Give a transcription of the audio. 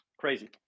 Crazy